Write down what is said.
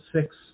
six